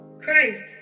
Christ